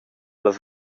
las